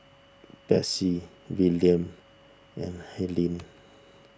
Besse Wiliam and Helyn